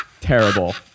Terrible